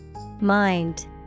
Mind